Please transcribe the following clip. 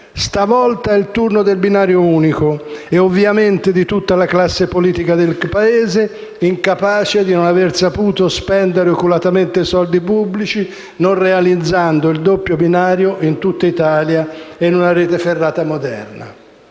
Stavolta è il turno del binario unico e, ovviamente, di tutta la classe politica del Paese, incapace per non aver saputo spendere oculatamente i soldi pubblici, non realizzando il doppio binario in tutta Italia e una rete ferrata moderna.